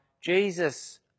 Jesus